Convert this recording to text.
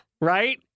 Right